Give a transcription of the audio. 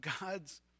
God's